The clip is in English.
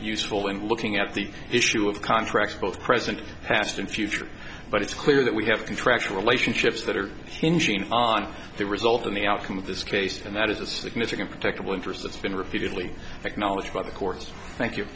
useful in looking at the issue of contracts both present past and future but it's clear that we have contractual relationships that are changing on the result in the outcome of this case and that is a significant protectable interest that's been repeatedly acknowledged by the courts thank you